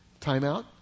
Timeout